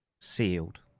sealed